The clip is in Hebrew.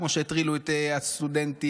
כמו שהטרילו את הסטודנטים,